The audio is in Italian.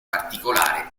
particolare